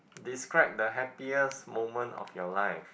describe the happiest moment of your life